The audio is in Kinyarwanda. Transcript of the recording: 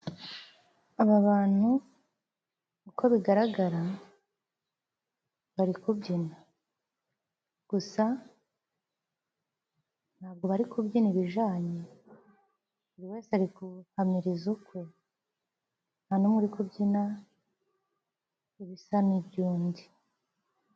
Aba bantu uko bigaragara bari kubyina. Gusa ntabwo bari kubyina ibijanye buri wese ari guhamiriza ukwe, nta n'umwe uri kubyina ibisa n'iby'undi.